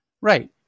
right